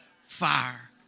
fire